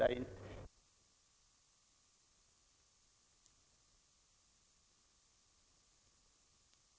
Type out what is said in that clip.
Jag har inget yrkande men vill ha detta fogat till protokollet.